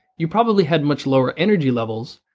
you probably had much lower energy levels,